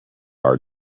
our